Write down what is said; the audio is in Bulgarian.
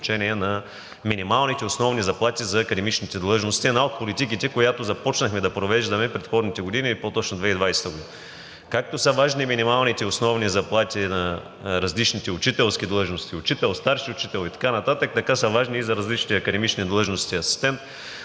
на минималните основни заплати на академичните длъжности – една от политиките, която започнахме да провеждаме предходните години, и по-точно през 2020 г. Както са важни минималните основни заплати на различните учителски длъжности – учител, старши учител и така нататък, така са важни и за различните академични длъжности – асистент,